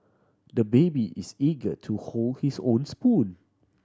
the baby is eager to hold his own spoon